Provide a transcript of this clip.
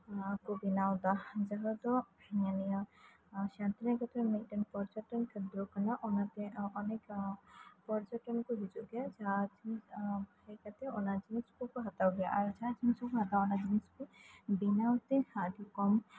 ᱚᱱᱟᱠᱩ ᱵᱮᱱᱟᱣ ᱮᱫᱟ ᱡᱟᱦᱟᱫᱚ ᱢᱚᱱᱮᱭᱟ ᱥᱟᱱᱛᱤᱱᱤᱠᱮᱛᱚᱱ ᱢᱤᱫᱴᱮᱱ ᱯᱚᱨᱡᱚᱴᱚᱱ ᱠᱮᱱᱫᱨᱚ ᱠᱟᱱᱟ ᱚᱱᱟᱛᱮ ᱚᱱᱮᱠ ᱯᱚᱨᱡᱚᱴᱚᱱ ᱠᱩ ᱦᱤᱡᱩᱜ ᱜᱮᱭᱟ ᱟᱨ ᱦᱮᱡ ᱠᱟᱛᱮᱜ ᱚᱱᱟ ᱡᱤᱱᱤᱥ ᱠᱩᱠᱩ ᱦᱟᱛᱟᱣ ᱜᱮᱭᱟ ᱟᱨ ᱡᱟᱦᱟᱸ ᱡᱤᱱᱤᱥ ᱠᱩᱠᱩ ᱦᱟᱛᱟᱣᱟ ᱵᱮᱱᱟᱣ ᱛᱮ ᱟᱹᱰᱤ ᱠᱚᱢ